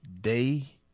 day